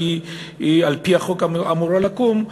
שעל-פי החוק היא אמורה לקום,